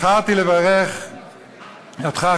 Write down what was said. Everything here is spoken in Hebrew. בחרתי לברך אותך,